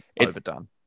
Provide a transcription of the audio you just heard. overdone